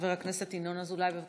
חבר הכנסת ינון אזולאי, בבקשה.